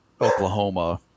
Oklahoma